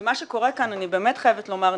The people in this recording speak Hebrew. מה שקורה כאן אני באמת חייבת לומר,